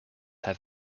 have